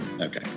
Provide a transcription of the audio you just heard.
Okay